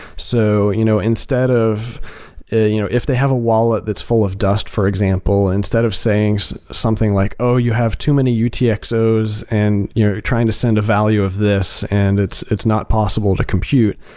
so you know instead of you know if they have a wallet that's full of dust, for example, instead of saying so something like, oh, you have too many utxo's and you're trying to send a value of this, and it's it's not possible to compute.